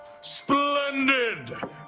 Splendid